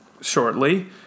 shortly